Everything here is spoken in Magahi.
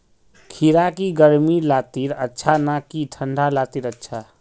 खीरा की गर्मी लात्तिर अच्छा ना की ठंडा लात्तिर अच्छा?